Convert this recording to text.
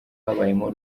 habayemo